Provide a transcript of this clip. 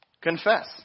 Confess